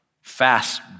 fast